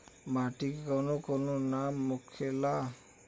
माटी के कौन कौन नाम होखे ला?